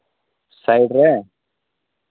side ᱨᱮ